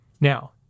Now